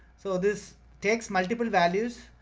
so this takes multiple values.